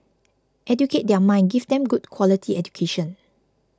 educate their mind give them good quality education